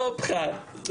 לא פחת.